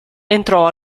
entrò